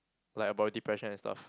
like about depression and stuff